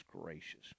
gracious